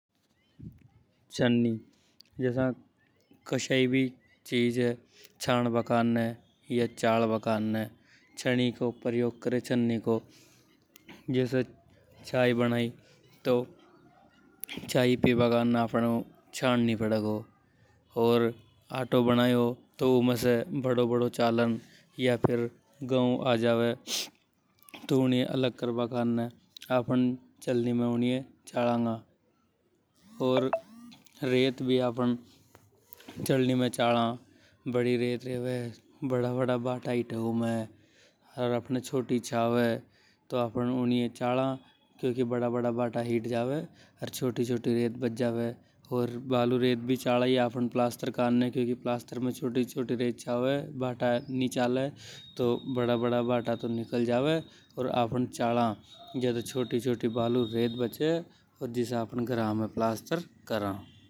छन्नी, कई भी चीज ये चाल बा कारने छन्नी को प्रयोग करे। जसा चाय बनाई तो चाय पिबा करने चाय ये छान नि पड़ेगौ, ओर आटो, उमें से बड़ों बड़ों चलन ये या, गव ये अलग करबा कारने चालानी पड़ेगा। अर रेत भी आफ़न चलनी में चला। बड़ी रेत रेवे जीमे बड़ा बड़ा भाटा हिट, ओर आपने छोटी चावे। अर छोटी छोटी रेत बच जावे, अर बालू रेत भी चला ई ये प्लास्टर कर बा काटने। आफ़न चाला के छोटी छोटी रेत बच जावे जिसे आफ़न घरा में प्लास्टर करा।